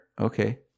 Okay